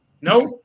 Nope